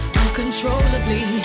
uncontrollably